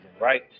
right